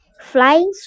flying